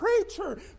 preacher